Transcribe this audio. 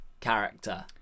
character